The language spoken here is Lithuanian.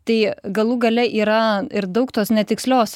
tai galų gale yra ir daug tos netikslios